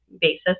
basis